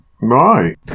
Right